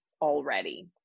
already